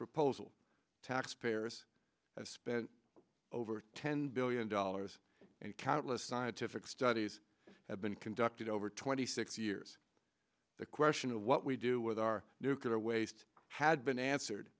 proposal taxpayers have spent over ten billion dollars and countless scientific studies have been conducted over twenty six years the question of what we do with our nuclear waste had been answered